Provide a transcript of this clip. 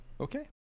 Okay